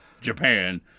japan